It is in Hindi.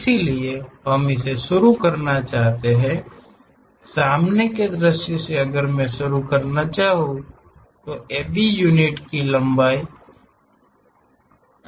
इसलिए हम इसे शुरू करना चाहते हैं सामने के दृश्य से अगर मैं शुरू करना चाहूंगा तो AB यूनिट की लंबाई है